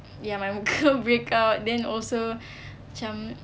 ya my muka breakout then also macam